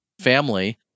family